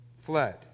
fled